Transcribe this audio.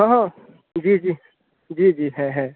ہاں ہاں جی جی جی جی ہے ہے